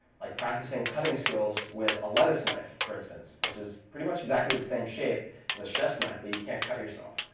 like practicing cutting skills with a lettuce knife, for instance, which is pretty much exactly the same shape as a chef's knife, but you can't cut yourself.